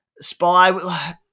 Spy